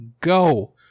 Go